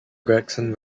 gregson